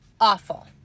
awful